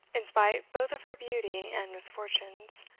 in spite both of her beauty and misfortunes.